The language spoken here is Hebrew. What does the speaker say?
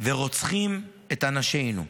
ורוצחים את אנשינו.